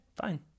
fine